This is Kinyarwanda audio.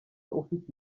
ufite